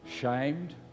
shamed